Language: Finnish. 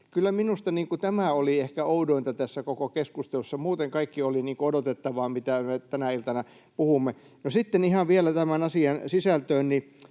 Kyllä minusta tämä oli ehkä oudointa tässä koko keskustelussa, muuten kaikki se oli odotettavaa, mistä me tänä iltana puhumme. No sitten ihan vielä tämän asian sisältöön.